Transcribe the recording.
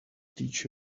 teach